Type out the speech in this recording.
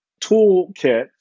toolkit